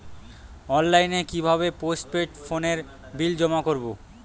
অনলাইনে কি ভাবে পোস্টপেড ফোনের বিল জমা করব?